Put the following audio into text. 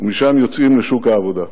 ומשם יוצאים לשוק העבודה.